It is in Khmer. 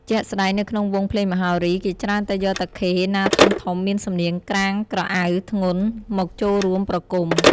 ជាក់ស្តែងនៅក្នុងវង់ភ្លេងមហោរី គេច្រើនតែយកតាខេណាធំៗមានសំនៀងក្រាងក្រអៅធ្ងន់មកចូលរួមប្រគំ។